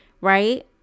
right